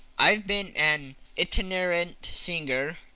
i've been an itinerant singer,